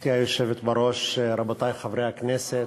גברתי היושבת בראש, רבותי חברי הכנסת,